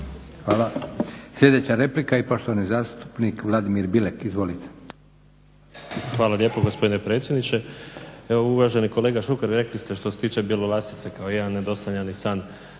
lijepa. Sljedeća replika i poštovani zastupnik Vladimir Bilek. Izvolite. **Bilek, Vladimir (HNS)** Hvala lijepo gospodine predsjedniče. Uvaženi kolega Šuker, rekli ste što se tiče Bjelolasice kao jedan nedosanjani san.